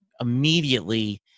immediately